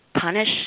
punish